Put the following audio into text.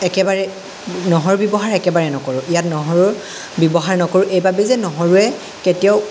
একেবাৰে নহৰুৰ ব্যৱহাৰ একেবাৰে নকৰোঁ ইয়াত নহৰু ব্যৱহাৰ নকৰোঁ এই বাবেই যে নহৰুৱে কেতিয়াও